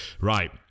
Right